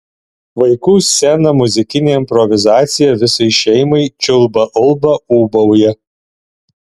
vaikų scena muzikinė improvizacija visai šeimai čiulba ulba ūbauja